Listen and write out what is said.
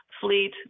fleet